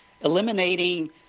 eliminating